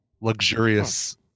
luxurious